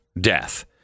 death